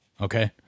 Okay